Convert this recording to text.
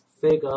figure